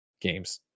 games